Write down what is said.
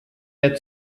der